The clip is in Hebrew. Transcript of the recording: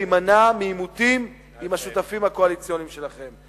להימנע מעימותים עם השותפים הקואליציוניים שלכם.